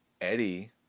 Eddie